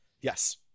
Yes